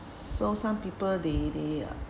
so some people they they